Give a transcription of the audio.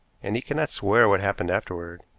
and he cannot swear what happened afterward.